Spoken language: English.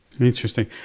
Interesting